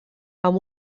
amb